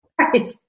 Right